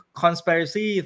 conspiracy